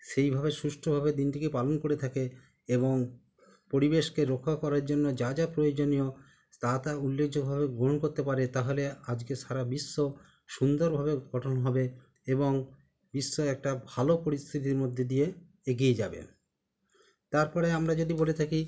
সেইভাবে সুষ্ঠুভাবে দিনটিকে পালন করে থাকে এবং পরিবেশকে রক্ষা করার জন্য যা যা প্রয়োজনীয় তা তা উল্লেখযোগ্যভাবে গ্রহণ করতে পারে তাহলে আজকে সারা বিশ্ব সুন্দরভাবে গঠন হবে এবং বিশ্ব একটা ভালো পরিস্থিতির মধ্যে দিয়ে এগিয়ে যাবে তার পরে আমরা যদি বলে থাকি